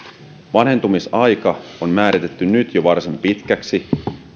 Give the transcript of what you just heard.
vanhentumisaika on määritetty nyt jo varsin pitkäksi